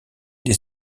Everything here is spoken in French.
des